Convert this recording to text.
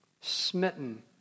smitten